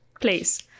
please